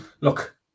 look